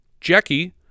Jackie